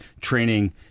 training